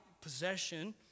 possession